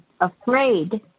afraid